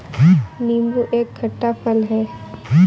नीबू एक खट्टा फल है